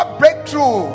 breakthrough